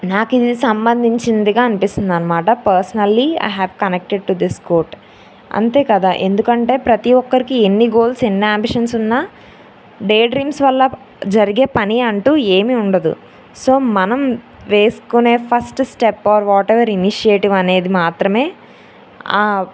నాకు ఇది సంబంధించిందిగా అనిపిస్తుంది అన్నమాట personally I have connected to this quote అంతే కదా ఎందుకంటే ప్రతీ ఒక్కరికీ ఎన్ని గోల్స్ ఎన్ని యాంబిషన్స్ ఉన్నా డే డ్రీమ్స్ వల్ల జరిగే పని అంటూ ఏమీ ఉండదు సో మనం వేసుకొనే first step or whatever initiative అనేది మాత్రమే